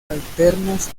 alternas